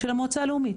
המועצה הלאומית.